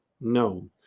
No